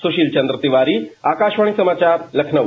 सुशील चंद्र तिवारी आकाशवाणी समाचार लखनऊ